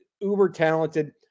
uber-talented